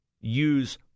use